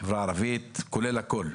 "החברה הערבית" כולל הכול,